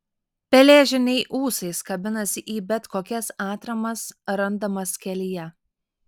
pelėžirniai ūsais kabinasi į bet kokias atramas randamas kelyje